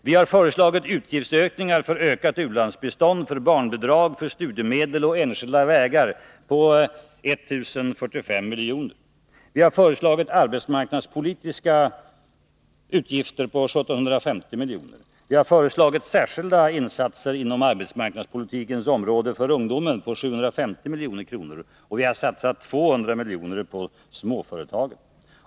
Vi har föreslagit utgiftsökningar för ökat u-landsbistånd, för barnbidrag och studiemedel samt för enskilda vägar på 1045 milj.kr. Vi har föreslagit arbetsmarknadspolitiska utgifter på 1750 milj.kr. Vi har föreslagit särskilda insatser inom arbetsmarknadspolitikens område för ungdomen på 750 milj.kr. Och vi har satsat 200 milj.kr. på småföretagen.